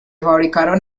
fabricaron